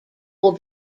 will